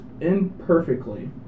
imperfectly